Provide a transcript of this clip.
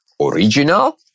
original